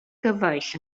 gyfaill